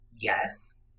yes